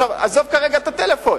עזוב כרגע את הטלפון,